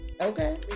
okay